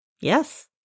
yes